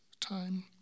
time